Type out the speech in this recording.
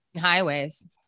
Highways